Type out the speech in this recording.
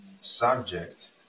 subject